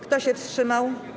Kto się wstrzymał?